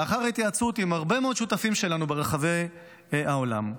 לאחר התייעצות עם הרבה שותפים שלנו ברחבי העולם.